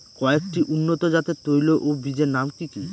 কয়েকটি উন্নত জাতের তৈল ও বীজের নাম কি কি?